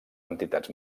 entitats